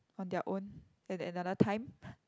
on their own at another time